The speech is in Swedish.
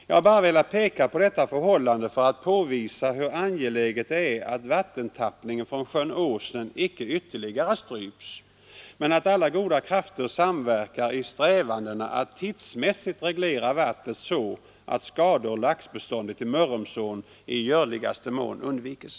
Jag har bara velat peka på detta förhållande för att påvisa hur angeläget det är att vattentappningen från sjön Åsnen icke ytterligare stryps men att alla goda krafter samverkar i strävandena att tidsmässigt reglera vattnet så, att skador på laxbeståndet i Mörrumsån i görligaste mån undvikes.